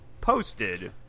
posted